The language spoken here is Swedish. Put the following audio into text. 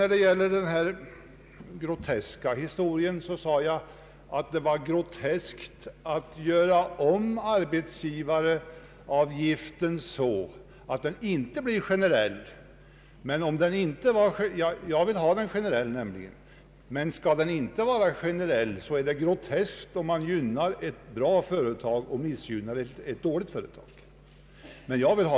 För att återkomma till den här ”groteska” historien så sade jag att det var groteskt att göra om arbetsgivaravgiften på ett sådant sätt att den inte blir generell. Jag vill nämligen att den skall vara generell. Skall den inte vara generell, är det groteskt om man gynnar ett bra företag och missgynnar ett dåligt.